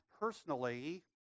personally